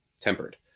tempered